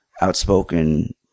outspoken